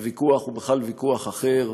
הוויכוח הוא בכלל ויכוח אחר,